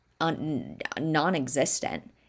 non-existent